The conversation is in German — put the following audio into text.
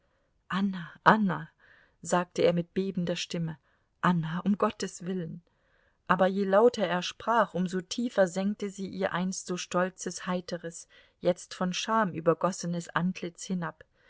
anna anna sagte er mit bebender stimme anna um gottes willen aber je lauter er sprach um so tiefer senkte sie ihr einst so stolzes heiteres jetzt von scham übergossenes antlitz hinab